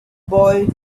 boy